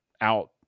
out